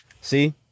See